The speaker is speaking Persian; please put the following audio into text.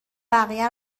بقیه